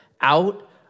out